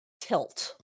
tilt